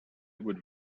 would